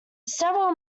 several